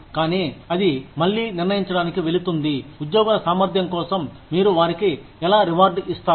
కానీ అది మళ్ళీ నిర్ణయించడానికి వెళుతుంది ఉద్యోగుల సామర్థ్యం కోసం మీరు వారికి ఎలా రివార్డ్ ఇస్తారు